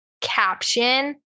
caption